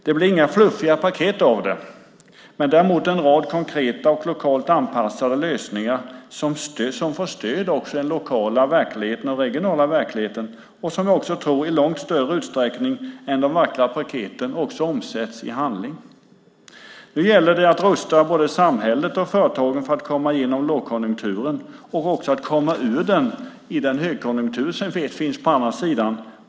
Det blir inga fluffiga paket av det, däremot en rad konkreta och lokalt anpassade lösningar som får stöd i den lokala och regionala verkligheten. Vi tror också att de i långt större utsträckning än de vackra paketen omsätts i handling. Nu gäller det att rusta samhället och företagen för att de ska komma igenom lågkonjunkturen. Det handlar också om att oändligt mycket bättre rustad komma ur den i den högkonjunktur som finns på andra sidan.